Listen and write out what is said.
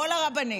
כל הרבנים.